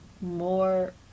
more